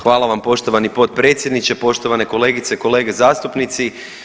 Hvala vam poštovani potpredsjedniče, poštovane kolegice i kolege zastupnici.